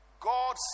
God